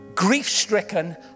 grief-stricken